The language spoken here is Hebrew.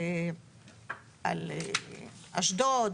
על אשדוד,